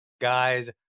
guys